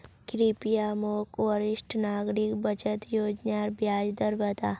कृप्या मोक वरिष्ठ नागरिक बचत योज्नार ब्याज दर बता